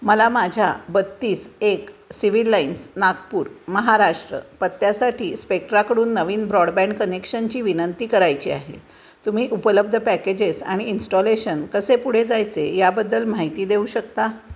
मला माझ्या बत्तीस एक सिव्हल लाईन्स नागपूर महाराष्ट्र पत्त्यासाठी स्पेक्ट्राकडून नवीन ब्रॉडबँड कनेक्शनची विनंती करायची आहे तुम्ही उपलब्ध पॅकेजेस आणि इन्स्टॉलेशन कसे पुढे जायचे याबद्दल माहिती देऊ शकता